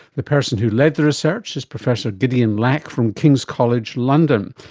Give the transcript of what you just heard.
the person who led the research is professor gideon lack from king's college london,